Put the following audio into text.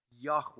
Yahweh